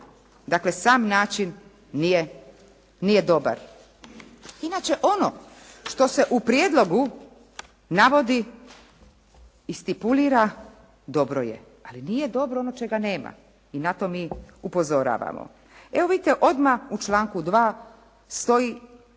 Dakle, sam način nije dobar. Inače ono što se u prijedlogu navodi i stipulira dobro je. Ali nije dobro ono čega nema i na to mi upozoravamo. Evo vidite odmah u članku 2. stoji